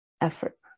effort